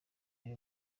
yari